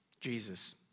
Jesus